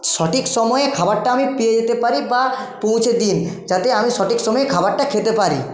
সঠিক সময়ে খাবারটা আমি পেয়ে যেতে পারি বা পৌঁছে দিন যাতে আমি সঠিক সময়ে খাবারটা খেতে পারি